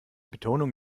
betonung